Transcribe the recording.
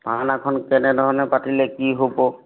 ভাওনাখন কেনেধৰণে পাতিলে কি হ'ব